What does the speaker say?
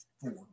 four